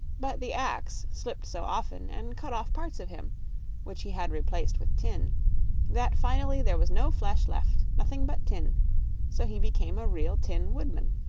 but the axe slipped so often and cut off parts of him which he had replaced with tin that finally there was no flesh left, nothing but tin so he became a real tin woodman.